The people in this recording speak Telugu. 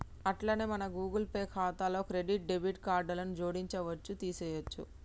అట్లనే మన గూగుల్ పే ఖాతాలో క్రెడిట్ డెబిట్ కార్డులను జోడించవచ్చు తీసేయొచ్చు